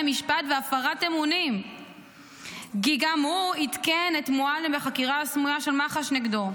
משפט והפרת אמונים כי גם הוא עדכן את מועלם בחקירה הסמויה של מח"ש נגדו.